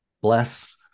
bless